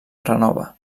renova